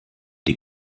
die